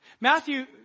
Matthew